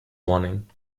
warning